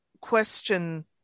question